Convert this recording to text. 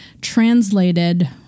translated